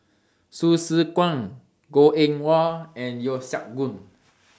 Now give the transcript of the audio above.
Hsu Tse Kwang Goh Eng Wah and Yeo Siak Goon